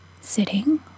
sitting